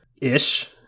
Ish